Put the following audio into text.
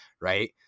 Right